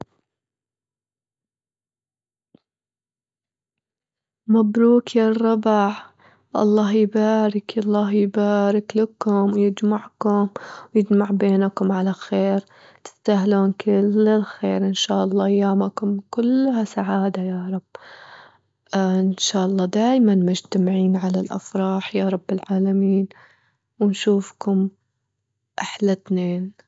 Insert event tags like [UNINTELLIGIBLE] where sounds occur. مبرو ك يا [UNINTELLIGIBLE] الله يبارك_ الله يبارك لكم، ويجمعكم ويجمع بينكم على خير، تستاهلون كل الخير، إنشاالله أيامكم كلها سعادة يارب، [HESITATION] إنشالله دايمًا مجتمعين على الأفراح يارب العالمين، ونشوفكم أحلى اتنين.